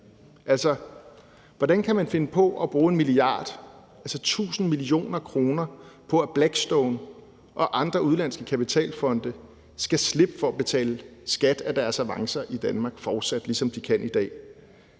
hvordan kan man finde på at bruge 1 mia. kr., altså 1.000 mio. kr., på, at Blackstone og andre udenlandske kapitalfonde fortsat skal slippe for at betale skat af deres avancer i Danmark, ligesom de kan i dag?